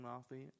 offense